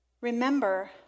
Remember